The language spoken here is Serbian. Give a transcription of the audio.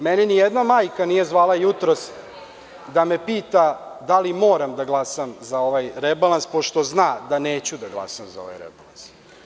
Mene nijedna majka nije zvala jutros da me pita da li moram da glasam za ovaj rebalans, pošto zna da neću da glasam za ovaj rebalans.